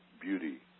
beauty